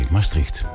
Maastricht